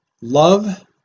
Love